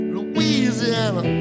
Louisiana